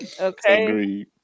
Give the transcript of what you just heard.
okay